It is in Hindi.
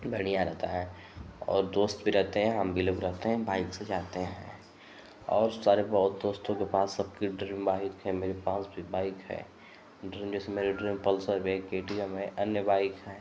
बढ़ियाँ रहता है और दोस्त भी रहते हैं हम भी लोग रहते हैं बाइक़ से जाते हैं और सारे बहुत दोस्तों के पास सबकी ड्रीम बाइक़ है और मेरे पास भी बाइक़ है ड्रीम जैसे मेरी ड्रीम पल्सर में के टी एम है अन्य बाइक़ हैं